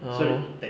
ya lor